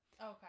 okay